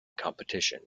competition